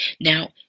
Now